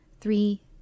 three